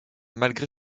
malgré